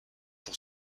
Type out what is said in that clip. pour